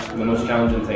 the most challenging